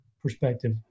perspective